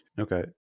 okay